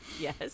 Yes